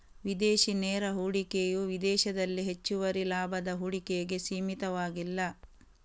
ವಿದೇಶಿ ನೇರ ಹೂಡಿಕೆಯು ವಿದೇಶದಲ್ಲಿ ಹೆಚ್ಚುವರಿ ಲಾಭದ ಹೂಡಿಕೆಗೆ ಸೀಮಿತವಾಗಿಲ್ಲ